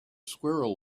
squirrel